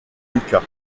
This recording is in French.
luka